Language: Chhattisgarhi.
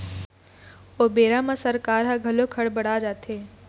ओ बेरा म सरकार ह घलोक हड़ बड़ा जाथे